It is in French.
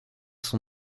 son